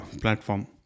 platform